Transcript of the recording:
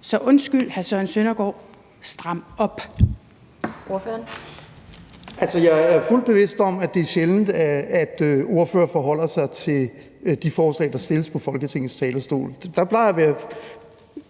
Søren Søndergaard (EL): Jeg er fuldt bevidst om, at det er sjældent, at ordførere forholder sig til de forslag, der stilles på Folketingets talerstol. Der plejer at være